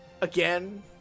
Again